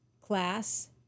class